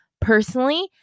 personally